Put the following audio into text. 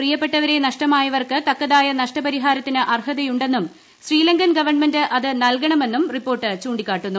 പ്രിയപ്പെട്ടവരെ നഷ്ടമായവർക്ക് തക്കതായ നഷ്ടപരിഹാരത്തിന് അർഹതയുണ്ടൈന്നും ശ്രീലങ്കൻ ഗവൺമെന്റ് അത് നൽകണമെന്നും റിപ്പോർട്ട് ചൂണ്ടിക്കാട്ടുന്നു